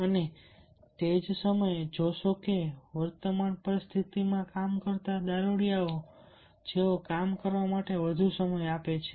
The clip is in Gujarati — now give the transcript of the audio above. અને તે જ સમયે તમે જોશો કે વર્તમાન પરિસ્થિતિમાં કામ કરતા દારૂડિયાઓ છે જેઓ કામ કરવા માટે વધુ સમય આપે છે